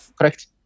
Correct